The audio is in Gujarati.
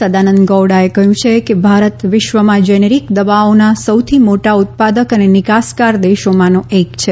સદાનંદ ગૌડાએ કહ્યું છે કે ભારત વિશ્વમાં જેનેરિક દવાઓના સૌથી મોટા ઉત્પાદક અને નિકાસકાર દેશોમાંનો એક છે